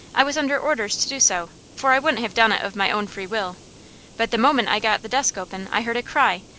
i was under orders to do so, for i wouldn't have done it of my own free will but the moment i got the desk open i heard a cry,